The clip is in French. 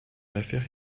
l’affaire